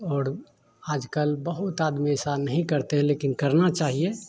और आज कल बहुत आदमी ऐसा नहीं करते हैं लेकिन करना चाहिए